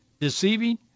deceiving